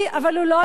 אבל הוא לא אצלכם.